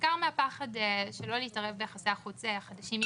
בעיקר מהפחד שלא להתערב ביחסי החוץ החדשים,